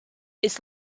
its